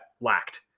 lacked